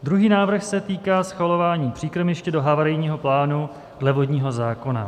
Druhý návrh se týká schvalování příkrmiště do havarijního plánu dle vodního zákona.